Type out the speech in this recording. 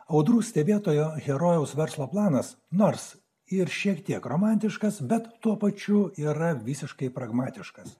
audrų stebėtojo herojaus verslo planas nors ir šiek tiek romantiškas bet tuo pačiu yra visiškai pragmatiškas